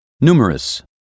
numerous